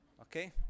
okay